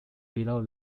below